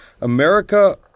America